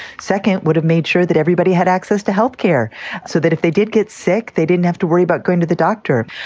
second would have made sure that everybody had access to healthcare so that if they did get sick, they didn't have to worry about going to the doctor.